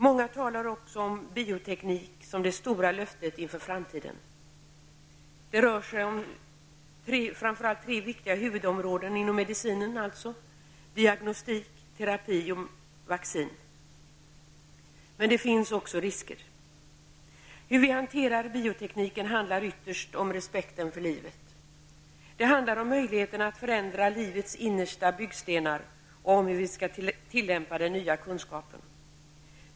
Många talar också om bioteknik som det stora löftet inför framtiden. Det rör sig om tre viktiga huvudområden inom medicinen: diagnostik, terapi och vaccin. Men det finns också risker. Hur vi hanterar biotekniken handlar ytterst om respekten för livet. Det handlar om möjligheterna att förändra livets innersta byggstenar och om hur vi skall tillämpa den nya kunskapen.